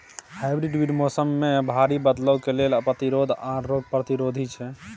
hybrid बीज मौसम में भारी बदलाव के लेल प्रतिरोधी आर रोग प्रतिरोधी छै